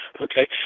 Okay